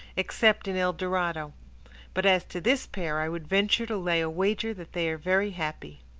except in el dorado but as to this pair, i would venture to lay a wager that they are very happy.